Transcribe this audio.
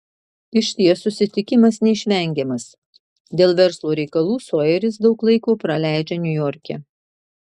išties susitikimas neišvengiamas dėl verslo reikalų sojeris daug laiko praleidžia niujorke